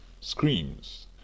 screams